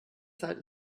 zeit